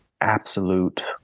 absolute